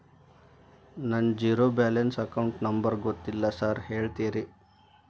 ನನ್ನ zero balance account number ಗೊತ್ತಿಲ್ಲ sir ಹೇಳ್ತೇರಿ?